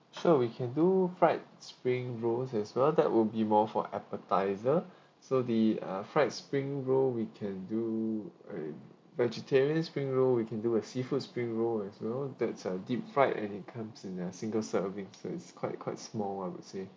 sure we can do fried spring rolls as well that would be more for appetizer so the uh fried spring roll we can do um vegetarian spring roll we can do a seafood spring roll as well that's uh deep fried and it comes in a single serving so it's quite quite small one I would say